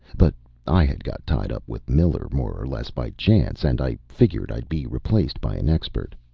but i had got tied up with miller more or less by chance, and i figured i'd be replaced by an expert.